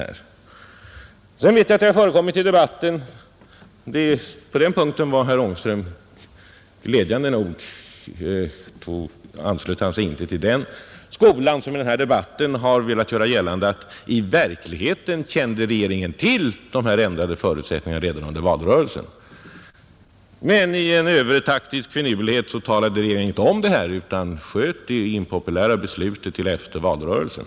Glädjande nog anslöt sig inte herr Ångström till den skola som i denna debatt har velat göra gällande att i verkligheten kände regeringen till de här ändrade förutsättningarna redan under valrörelsen, men i en övertaktisk finurlighet talade regeringen inte om detta utan sköt det impopulära beslutet till efter valrörelsen.